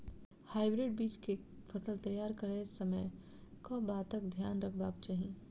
Hybrid बीज केँ फसल तैयार करैत समय कऽ बातक ध्यान रखबाक चाहि?